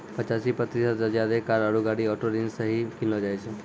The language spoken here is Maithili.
पचासी प्रतिशत से ज्यादे कार आरु गाड़ी ऑटो ऋणो से ही किनलो जाय छै